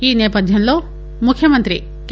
ఈ నేపథ్యంలో ముఖ్యమంతి కె